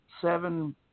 seven